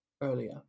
earlier